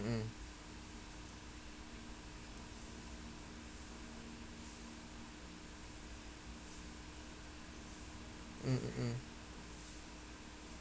mm mm mm mm